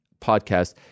podcast